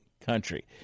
country